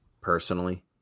personally